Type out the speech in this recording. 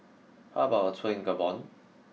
how about a tour in Gabon